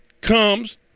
comes